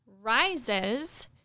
rises